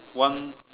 one